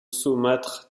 saumâtre